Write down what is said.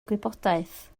gwybodaeth